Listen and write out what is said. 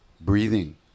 Breathing